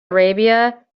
arabia